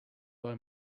buy